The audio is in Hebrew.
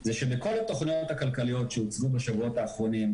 זה שבכל התוכניות הכלכליות שהוצאו בשבועות האחרונים,